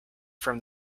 from